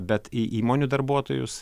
bet į įmonių darbuotojus